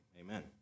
amen